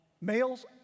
Males